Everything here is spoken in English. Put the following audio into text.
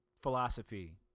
philosophy